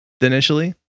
initially